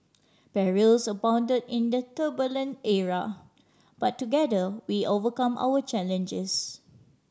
perils abound in the turbulent era but together we overcome our challenges